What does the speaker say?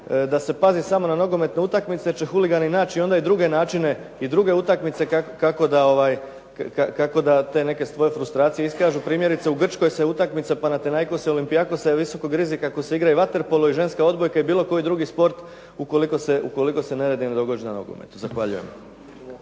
zaustaviti na tome jer će huligani način onda i druge načine i druge utakmice kako da te neke svoje frustracije se iskažu. Primjerice u Grčkoj se utakmica …/Govornik se ne razumije./… je visokog rizika ako se igra i vaterpolo i ženska odbojka i bilo koji sport ukoliko se neredi ne događaju na nogometu. Zahvaljujem.